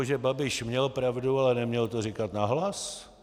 Že Babiš měl pravdu, ale neměl to říkat nahlas?